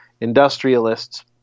industrialists